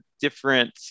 different